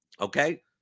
Okay